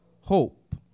Hope